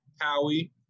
Howie